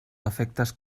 defectes